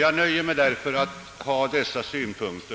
Jag nöjer mig därför med att ha framfört dessa synpunkter.